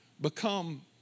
become